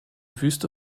wüste